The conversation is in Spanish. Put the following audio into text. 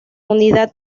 unidad